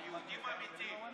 היהודים האמיתיים.